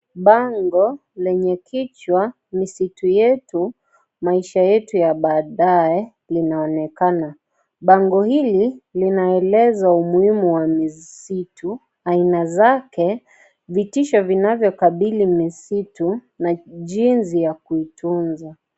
Bango lenye kichwa msitu yetu maisha yetu ya badae inaonekana. Bango hili ninaeleza umuhimu wa ni vitu aina zake vitisho vinavokabili msitu na jinsi ya kuitunza.